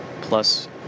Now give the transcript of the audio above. Plus